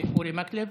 אורי מקלב,